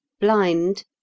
blind